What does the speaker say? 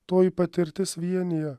toji patirtis vienija